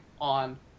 on